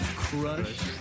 crush